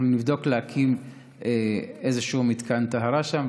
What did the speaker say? אנחנו נבדוק להקים איזה שהוא מתקן טהרה שם,